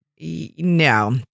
No